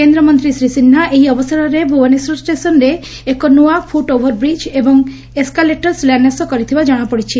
କେନ୍ଦ୍ରମନ୍ତୀ ଶ୍ରୀ ସିହ୍ବା ଏହି ଅବସରରେ ଭୁବନେଶ୍ୱର ଷ୍ଟେସନ୍ରେ ଏକ ନୂଆ ଫୁଟ୍ଓଭର୍ ବ୍ରିକ୍ ଏବଂ ଏସ୍କାଲେଟର୍ ଶିଳାନ୍ୟାସ କରିଥିବା ଜଣାପଡ଼ିଛି